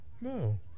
No